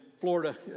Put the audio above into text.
Florida